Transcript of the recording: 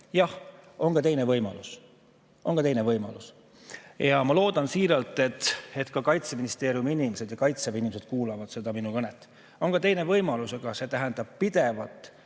on ka teine võimalus. Ma loodan siiralt, et ka Kaitseministeeriumi ja Kaitseväe inimesed kuulavad seda minu kõnet. On ka teine võimalus, aga see tähendab pidevat